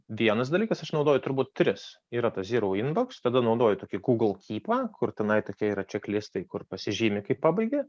vienas dalykas aš naudoju turbūt tris yra tas zyrau inboks tada naudoju tokį gūgl kypą kur tenai tokie yra čeklistai kur pasižymi kaip pabaigė